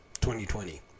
2020